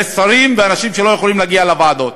שרים ואנשים שלא יכולים להגיע לוועדות.